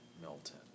Milton